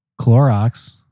Clorox